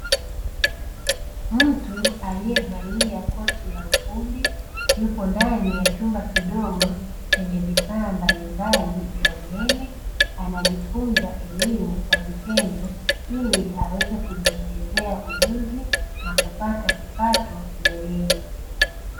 Mtu aliyevalia koti la ufundi yupo ndani ya chumba kidogo chenye vifaa mbalimbali vya umeme anajifunza elimu kwa vitendo ili aweze kujiongezea ujuzi na kupata kipato mbeleni.